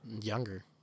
Younger